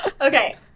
Okay